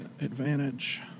advantage